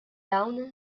dawn